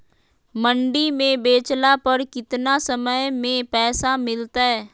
मंडी में बेचला पर कितना समय में पैसा मिलतैय?